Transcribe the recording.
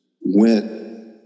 went